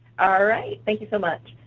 ah right, thank you so much.